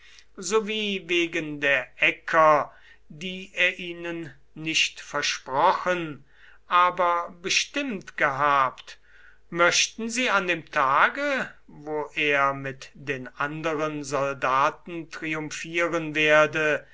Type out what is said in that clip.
sowie wegen der äcker die er ihnen nicht versprochen aber bestimmt gehabt möchten sie an dem tage wo er mit den anderen soldaten triumphieren werde